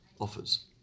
offers